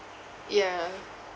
ya